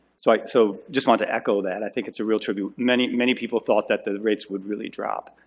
so i so just wanted to echo that. i think it's a real tribute. many many people thought that the rates would really drop.